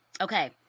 Okay